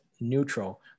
neutral